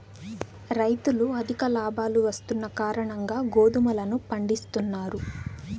రైతులు అధిక లాభాలు వస్తున్న కారణంగా గోధుమలను పండిత్తున్నారు